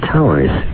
Towers